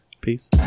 peace